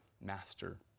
master